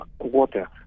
water